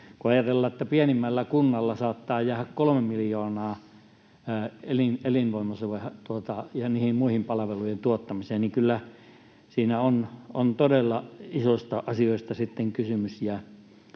Kun ajatellaan, että pienimmällä kunnalla saattaa jäädä 3 miljoonaa elinvoimaisuuden ja niiden muiden palvelujen tuottamiseen, niin kyllä siinä on todella isoista asioista kysymys